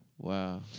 Wow